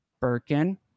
Birkin